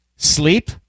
Sleep